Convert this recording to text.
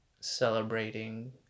celebrating